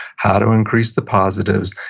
how to increase the positives,